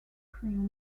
queen